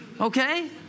Okay